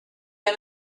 had